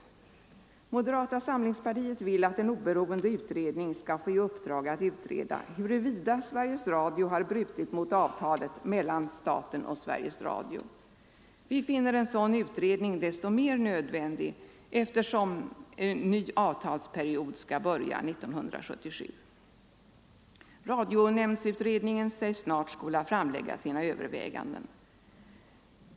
Moderata samlingspartiet vill att en oberoende utredning skall få i uppdrag att utreda huruvida Sveriges Radio brutit mot avtalet mellan staten och Sveriges Radio. Vi finner en sådan utredning desto mer nödvändig som en ny avtalsperiod skall börja 1977. Radionämndsutredningen sägs snart skola framlägga sina överväganden.